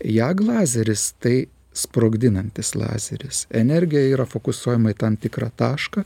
ją glazeris tai sprogdinantis lazeris energija yra fokusuojama į tam tikrą tašką